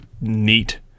neat